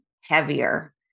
heavier